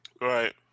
Right